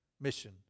Mission